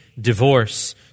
Divorce